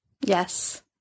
Yes